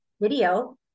Video